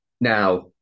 Now